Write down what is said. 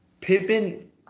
Pippen